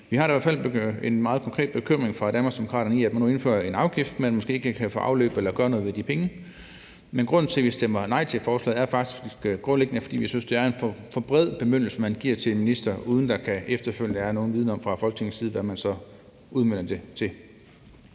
Vi har i hvert fald en meget konkret bekymring fra Danmarksdemokraternes side over, at der nu indføres en afgift, hvor man måske ikke kan gøre noget ved de penge. Men grunden til, at vi stemmer nej til forslaget, er faktisk, at vi grundlæggende synes, det er en for bred bemyndigelse, man giver til en minister, uden at der efterfølgende kan være nogen viden fra Folketingets side om, hvad man så udmønter det til.